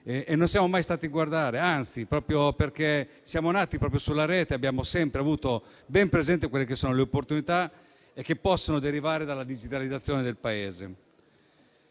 e non siamo mai stati a guardare, anzi: proprio perché siamo nati in Rete, abbiamo sempre avuto ben presenti le opportunità che possono derivare dalla digitalizzazione del Paese.